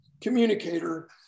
communicator